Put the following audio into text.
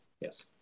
Yes